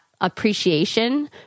appreciation